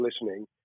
listening